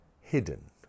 hidden